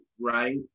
right